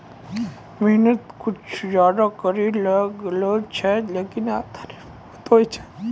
मेहनत कुछ ज्यादा करै ल लागै छै, लेकिन आमदनी बहुत होय छै